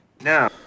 no